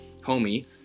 homie